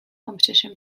competition